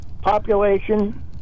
population